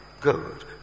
Good